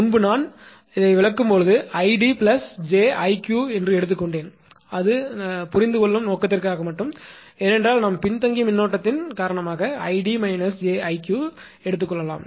முன்பு நான் விளக்கும் போது 𝐼𝑑 𝑗𝐼𝑞 எடுத்துக்கொண்டேன் அது தான் புரிந்துகொள்ளும் நோக்கத்திற்காக ஏனென்றால் நாம் பின்தங்கிய மின்னோட்டத்தின் கரண்ட் காரணமாக 𝐼𝑑 − 𝑗𝐼𝑞 சரியாக எடுத்துக்கொள்ளலாம்